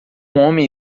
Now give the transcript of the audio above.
homem